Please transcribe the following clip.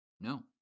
No